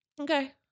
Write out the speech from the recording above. Okay